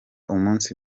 umunsi